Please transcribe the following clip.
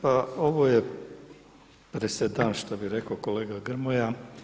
Pa ovo je presedan što bi rekao kolega Grmoja.